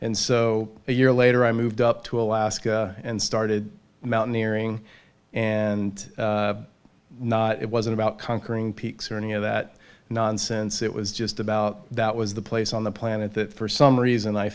and so a year later i moved up to alaska and started mountaineering and it wasn't about conquering peaks or any of that nonsense it was just about that was the place on the planet that for some reason i